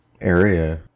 area